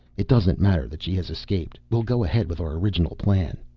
it doesn't matter that she has escaped. we'll go ahead with our original plan.